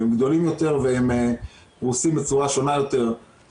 הם גדולים יותר והם פרוסים בצורה שונה ולכן